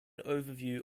overview